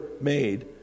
made